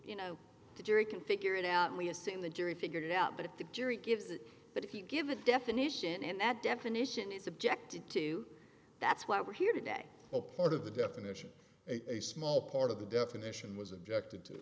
you know the jury can figure it out and we assume the jury figured it out but if the jury gives it but if you give a definition and that definition is objected to that's why we're here today a part of the definition a small part of the definition was objected to